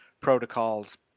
protocols